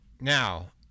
now